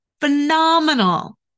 phenomenal